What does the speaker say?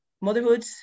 motherhood